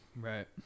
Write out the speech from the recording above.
Right